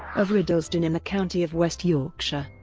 of riddlesden in the county of west yorkshire.